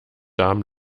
darm